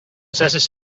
assessed